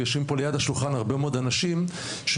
יושבים כאן סביב השולחן הרבה מאוד אנשים שמרגישים,